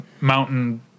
mountain